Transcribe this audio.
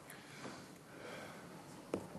תפתח